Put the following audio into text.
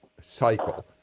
cycle